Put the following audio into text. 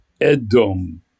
Edom